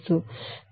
కాబట్టి మీకు 0